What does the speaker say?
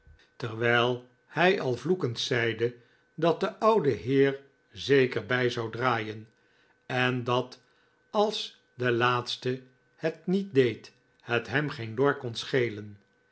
terwijl hij al vloekend zeide dat de ouwe heer zeker bij zou draaien en dat als de laatste het niet deed het hem geen lor kon schelen